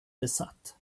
besatt